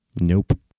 Nope